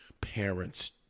parents